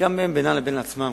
וגם הם בינם לבין עצמם